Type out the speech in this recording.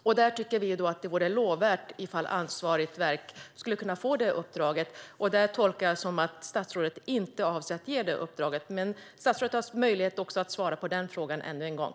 Vi tycker att det vore lovvärt om ansvarigt verk fick det uppdraget. Jag tolkar det som att statsrådet inte avser att ge uppdraget, men statsrådet har möjlighet att svara på den frågan ännu en gång.